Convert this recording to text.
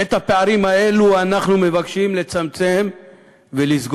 את הפערים האלה אנחנו מבקשים לצמצם ולסגור,